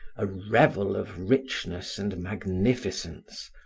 a revel of richness and magnificence,